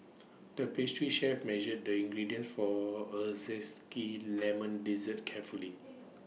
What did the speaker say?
the pastry chef measured the ingredients for A Zesty Lemon Dessert carefully